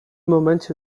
momencie